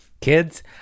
Kids